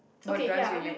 okay ya I mean